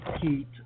heat